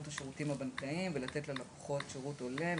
השירותים הבנקאיים ולתת ללקוחות שירות הולם,